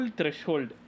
threshold